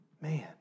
man